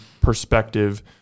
perspective